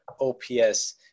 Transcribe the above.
OPS